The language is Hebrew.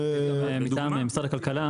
ממשרד הכלכלה